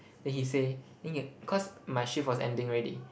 then he say cause my shift was ending already